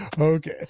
Okay